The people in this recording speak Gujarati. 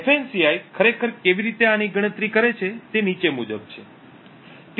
ફાન્સી ખરેખર કેવી રીતે આની ગણતરી કરે છે તે નીચે મુજબ છે